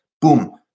Boom